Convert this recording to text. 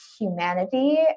humanity